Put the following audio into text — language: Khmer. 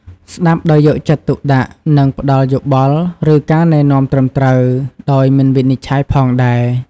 ស្ដាប់ដោយយកចិត្តទុកដាក់ និងផ្ដល់យោបល់ ឬការណែនាំត្រឹមត្រូវ ដោយមិនវិនិច្ឆ័យផងដែរ ។